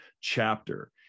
chapter